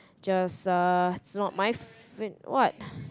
just uh it's not my f~ what